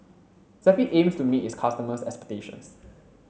Zappy aims to meet its customers' expectations